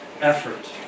effort